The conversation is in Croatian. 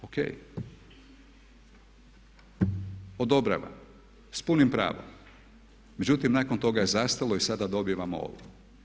OK, odobravam s punim pravom, međutim nakon toga je zastalo i sada dobivamo ovo.